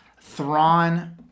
Thrawn